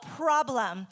problem